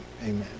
Amen